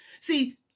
see